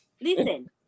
listen